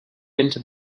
into